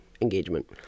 engagement